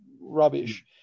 rubbish